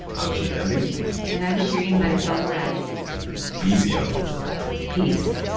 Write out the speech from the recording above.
i'm gene demby and i'm shereen marisol meraji easy, y'all peace